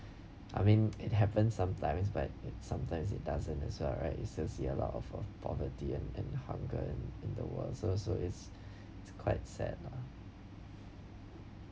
I mean it happens sometimes but it sometimes it doesn't as well right it just ya a lot of poverty and and hunger in in the world so so it's it's quite sad lah